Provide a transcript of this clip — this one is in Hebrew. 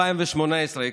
לפני שנה וחודשיים,